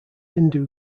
hindu